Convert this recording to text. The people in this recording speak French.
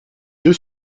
deux